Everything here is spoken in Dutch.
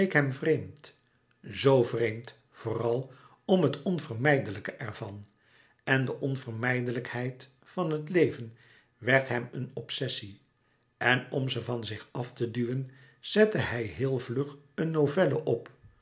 vreemd zoo vreemd vooral om het onvermijdelijke ervan en de onvermijdelijkheid van het leven werd hem een obcessie en om ze van zich af te duwen zette hij heel vlug een novelle op